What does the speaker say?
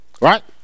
right